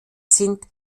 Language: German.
sind